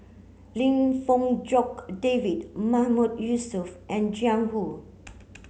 Lim Fong Jock David Mahmood Yusof and Jiang Hu